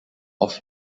off